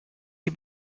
die